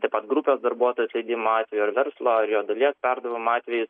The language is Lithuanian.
taip pat grupės darbuotojų atleidimo atveju ar verslo ar jo dalies perdavimo atvejais